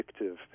addictive